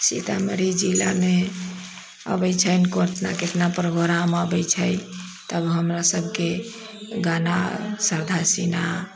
सीतामढ़ी जिलामे अबै छनि कितना कितना प्रोग्राम अबै छै तब हमरासबके गाना शारदा सिन्हा